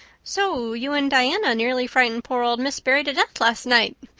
so you and diana nearly frightened poor old miss barry to death last night?